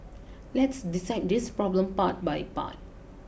let's dissect this problem part by part